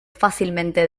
fácilmente